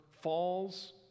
falls